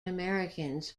americans